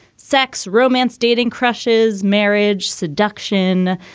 sex, romance, dating, crushes, marriage, seduction,